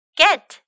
get